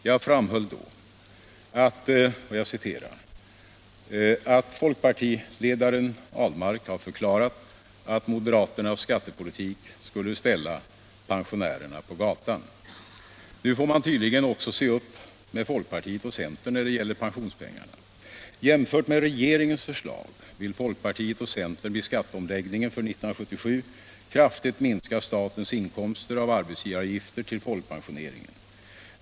Jag framhöll då att ”folkpartiledaren Ahlmark har förklarat att moderaternas skattepolitik skulle ställa pensionärerna på gatan. Nu får man tydligen också se upp med folkpartiet och centern när det gäller pensionspengarna. Jämfört med regeringens förslag vill folkpartiet och centern vid skatteomläggningen för 1977 kraftigt minska statens inkomster av arbetsgivaravgifter till folkpensioneringen.